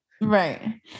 Right